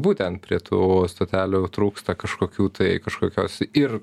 būtent prie tų stotelių trūksta kažkokių tai kažkokios ir